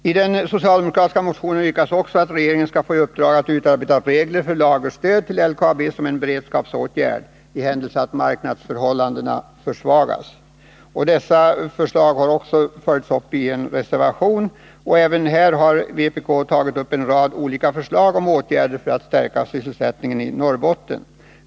I den socialdemokratiska motionen yrkas också att regeringen skall få i uppdrag att utarbeta regler för lagerstöd till LKAB som en beredskapsåtgärd, i händelse att marknadsförhållandena försvagas. Detta förslag har också följts upp i en reservation. Även på den här punkten har vpk framlagt en rad olika förslag till åtgärder för att stärka sysselsättningen i Norrbotten.